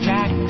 Jack